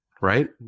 right